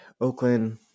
Oakland